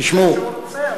תשמעו,